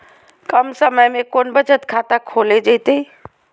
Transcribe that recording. कम समय में कौन बचत खाता खोले जयते?